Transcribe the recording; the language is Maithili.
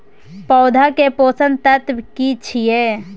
पौधा के पोषक तत्व की छिये?